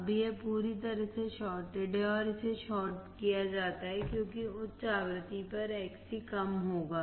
अब यह पूरी तरह से शार्टेड है और इसे शॉर्ट किया जाता है क्योंकि उच्च आवृत्ति पर Xc कम होगा